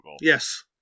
Yes